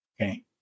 Okay